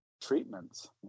treatments